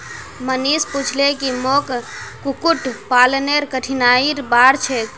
मनीष पूछले की मोक कुक्कुट पालनेर कठिनाइर बार छेक